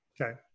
Okay